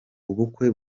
ubukwe